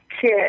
kid